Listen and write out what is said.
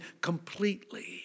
completely